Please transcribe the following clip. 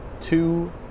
two